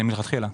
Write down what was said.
מלכתחילה.